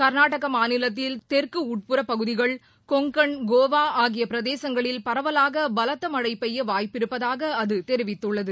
கர்நாடகமாநிலத்தில் தெற்கு உட்புற பகுதிகள் கொங்கண் கோவாஆகியபிரதேசங்களில் பரவலாகபலத்தமழைபெய்யவாய்ப்பிருப்பதாகஅதுதெரிவித்துள்ளது